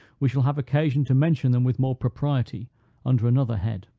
we shall have occasion to mention them with more propriety under another head.